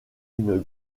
une